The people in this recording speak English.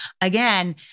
again